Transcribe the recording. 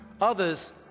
others